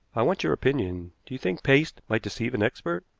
i want your opinion. do you think paste might deceive an expert?